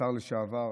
השר לשעבר,